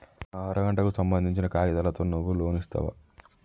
నా అర గంటకు సంబందించిన కాగితాలతో నువ్వు లోన్ ఇస్తవా?